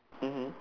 mmhmm